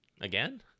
Again